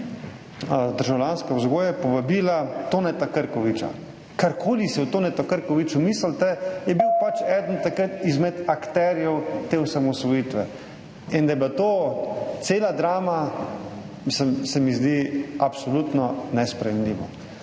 državljanske vzgoje povabila Toneta Krkoviča. Karkoli si o Tonetu Krkoviču mislite, je bil pač takrat eden izmed akterjev te osamosvojitve. Da je bila to cela drama, se mi zdi absolutno nesprejemljivo.